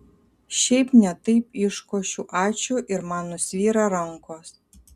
šiaip ne taip iškošiu ačiū ir man nusvyra rankos